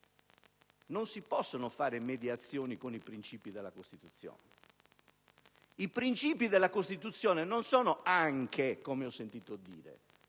non si possono fare mediazioni con i princìpi della Costituzione. I princìpi della Costituzione non sono "anche", come ho sentito dire: